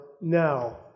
now